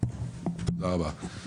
תודה רבה.